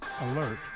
alert